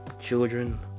children